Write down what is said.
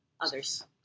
others